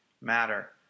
matter